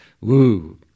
woo